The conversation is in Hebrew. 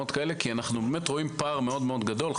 אנחנו באמת רואים פער מאוד מאוד גדול.